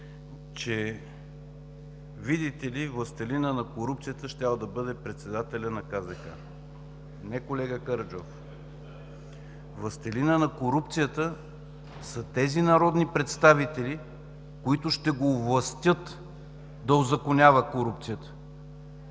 че, видите ли, властелинът на корупцията щял да бъде председателят на КЗК. Не, колега Караджов, властелинът на корупцията са тези народни представители, които ще го овластят да узаконява корупцията.